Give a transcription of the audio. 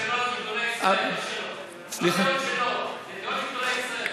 זה לא דעות שלו, זה דעות של גדולי רבני ישראל.